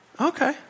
Okay